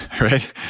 right